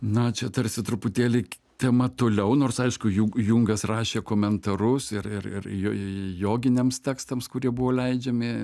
na čia tarsi truputėlį tema toliau nors aišku ju jungas rašė komentarus ir ir ir jo joginiams tekstams kurie buvo leidžiami